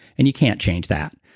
and you can't change that,